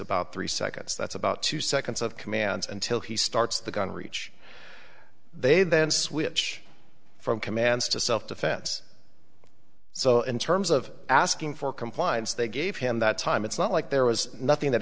about three seconds that's about two seconds of commands until he starts the gun reach they then switch from commands to self defense so in terms of asking for compliance they gave him that time it's not like there was nothing that